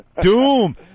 Doom